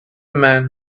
man